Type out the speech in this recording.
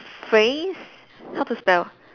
phrase how to spell